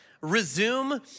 resume